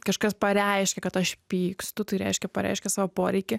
kažkas pareiškė kad aš pykstu tai reiškia pareiškė savo poreikį